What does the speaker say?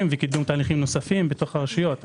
וקידום תהליכים נוספים בתוך הרשויות.